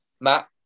Matt